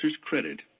credit